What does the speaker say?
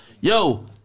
Yo